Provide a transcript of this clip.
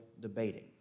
debating